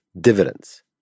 dividends